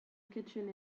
kitchen